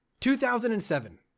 2007